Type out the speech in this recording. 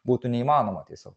būtų neįmanoma tiesio